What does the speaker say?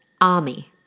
army